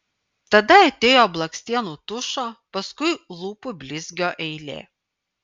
tada atėjo blakstienų tušo paskui lūpų blizgio eilė